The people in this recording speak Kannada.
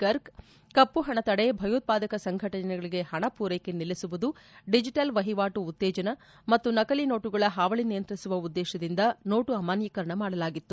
ಗರ್ಗ್ ಕಪ್ಪು ಹಣ ತಡೆ ಭಯೋತ್ವಾದಕ ಸಂಘಟನೆಗಳಿಗೆ ಹಣ ಮೂರ್ಲೆಕೆ ನಿಲ್ಲಿಸುವುದು ಡಿಜೆಟಲ್ ವಹಿವಾಟು ಉತ್ತೇಜನ ಮತ್ತು ನಕಲಿ ನೋಟುಗಳ ಹಾವಳಿ ನಿಯಂತ್ರಿಸುವ ಉದ್ದೇಶದಿಂದ ನೋಟು ಅಮಾನ್ಯೀಕರಣ ಮಾಡಲಾಗಿತ್ತು